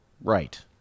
right